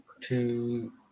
two